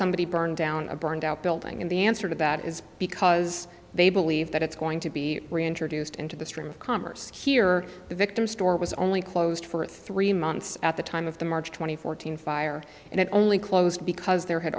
somebody burn down a burned out building and the answer to that is because they believe that it's going to be reintroduced into the stream of commerce here the victim store was only closed for three months at the time of the march twenty four thousand fire and it only closed because there had